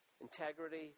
integrity